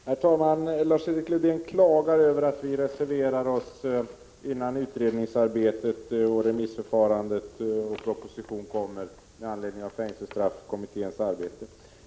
Herr talman! Lars-Erik Lövdén klagar över att vi reserverar oss innan utredningsarbetet och remissförfarandet är klart och proposition har lagts fram med anledning av fängelsestraffkommitténs arbete.